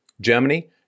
Germany